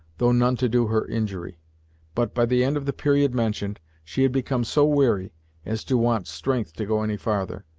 though none to do her injury but, by the end of the period mentioned, she had become so weary as to want strength to go any farther.